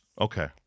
okay